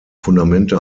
fundamente